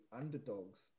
underdogs